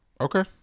Okay